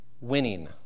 winning